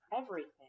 everything